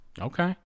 Okay